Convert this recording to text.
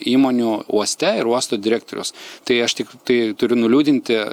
įmonių uoste ir uosto direktoriaus tai aš tik tai turiu nuliūdinti